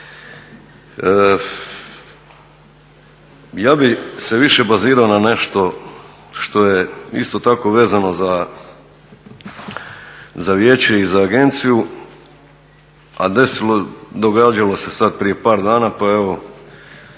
Ja bih se više bazirao na nešto što je isto tako vezano za vijeće i za agenciju, a događalo se sad prije par dana. Pa evo